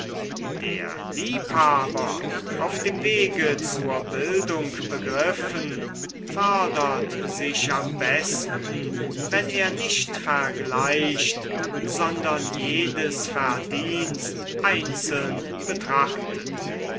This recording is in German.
der liebhaber auf dem wege zur bildung begriffen fördert sich am besten wenn er nicht vergleicht sondern jedes verdienst einzeln betrachtet